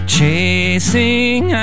Chasing